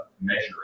measuring